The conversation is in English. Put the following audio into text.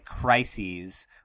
crises